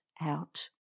out